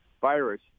virus